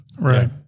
right